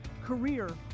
career